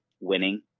winning